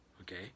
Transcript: okay